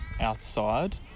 outside